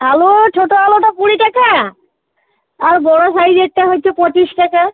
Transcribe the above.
আলু ছোট আলুটা কুড়ি টাকা আর বড় সাইজেরটা হচ্ছে পঁচিশ টাকা